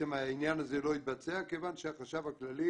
העניין הזה לא התבצע כיוון שהחשב הכללי